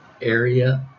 area